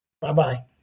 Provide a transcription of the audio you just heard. Bye-bye